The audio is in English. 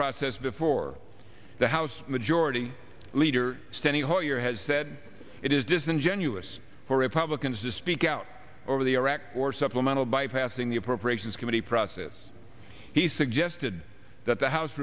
process before the house majority leader standing a whole year has said it is disingenuous for republicans to speak out over the iraq war supplemental bypassing the appropriations committee process he suggested that the house